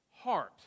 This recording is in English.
heart